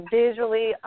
visually